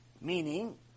Meaning